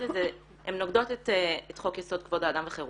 לזה הן נוגדות את חוק יסוד כבוד האדם וחירותו.